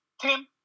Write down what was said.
Tim